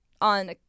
on